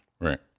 Right